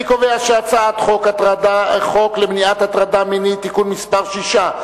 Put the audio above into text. אני קובע שחוק למניעת הטרדה מינית (תיקון מס' 6),